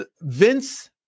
Vince